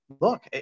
Look